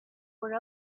were